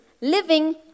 living